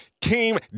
came